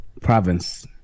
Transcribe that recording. province